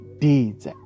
deeds